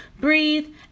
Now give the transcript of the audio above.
breathe